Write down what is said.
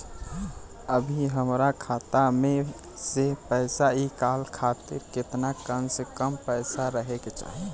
अभीहमरा खाता मे से पैसा इ कॉल खातिर केतना कम से कम पैसा रहे के चाही?